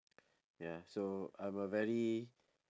ya so I'm a very